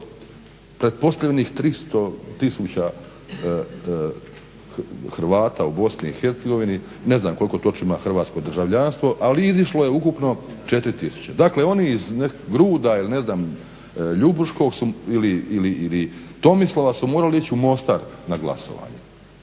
pretpostavljenih 300 tisuća Hrvata u Bosni i Hercegovini. Ne znam koliko točno ima Hrvatsko državljanstvo, ali izišlo je ukupno 4 tisuće. Dakle, oni iz Gruda, ili ne znam Ljubuškog su, ili Tomislava su morali ići u Mostar na glasovanje.